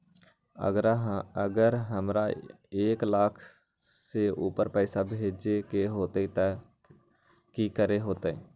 अगर हमरा एक लाख से ऊपर पैसा भेजे के होतई त की करेके होतय?